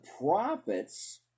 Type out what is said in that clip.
prophets